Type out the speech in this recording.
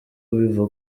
biva